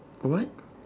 what